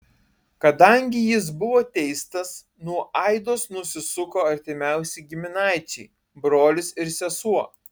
kadangi jis buvo teistas nuo aidos nusisuko artimiausi giminaičiai brolis ir sesuo